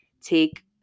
take